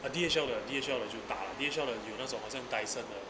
ah D_H_L 的 D_H_L 的就大 lah D_H_L 的有那种好像 dyson 的